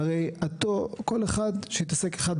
היציאה מהחדר הסגור,